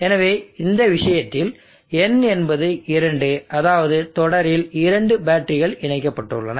எனவே இந்த விஷயத்தில் n என்பது இரண்டு அதாவது தொடரில் இரண்டு பேட்டரிகள் இணைக்கப்பட்டுள்ளன